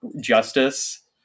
justice